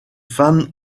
femmes